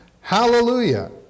hallelujah